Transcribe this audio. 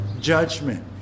judgment